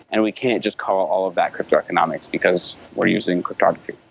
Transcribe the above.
and we can't just call all of that cryptoeconomics, because we're using cryptography